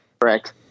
correct